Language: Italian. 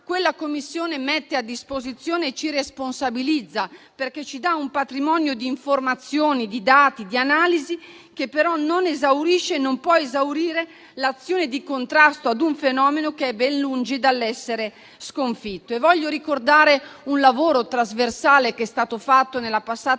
quella Commissione ci responsabilizza, mettendo a disposizione un patrimonio di informazioni, di dati e di analisi che però non esaurisce e non può esaurire l'azione di contrasto a un fenomeno che è ben lungi dall'essere sconfitto. Voglio ricordare un lavoro trasversale che è stato fatto nella